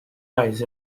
eyes